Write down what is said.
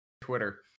Twitter